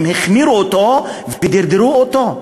הם החמירו אותו ודרדרו אותו,